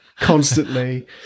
constantly